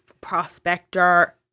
prospector